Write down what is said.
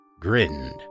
grinned